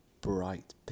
bright